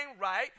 right